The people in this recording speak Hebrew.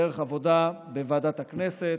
דרך עבודה בוועדת הכנסת.